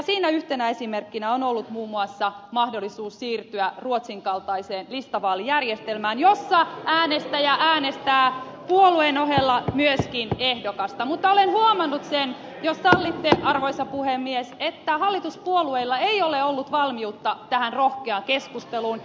siinä yhtenä esimerkkinä on ollut muun muassa mahdollisuus siirtyä ruotsin kaltaiseen listavaalijärjestelmään jossa äänestäjä äänestää puolueen ohella myöskin ehdokasta mutta olen huomannut sen jos sallitte arvoisa puhemies että hallituspuolueilla ei ole ollut valmiutta tähän rohkeaan keskusteluun